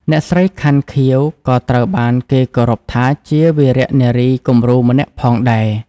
អ្នកស្រី ខាន់ ខៀវ ក៏ត្រូវបានគេគោរពថាជាវីរនារីគំរូម្នាក់ផងដែរ។